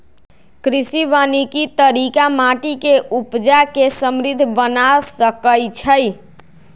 कृषि वानिकी तरिका माटि के उपजा के समृद्ध बना सकइछइ